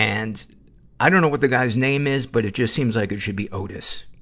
and i don't know what the guy's name is, but it just seems like it should be otis,